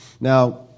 Now